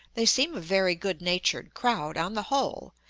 they seem a very good-natured crowd, on the whole,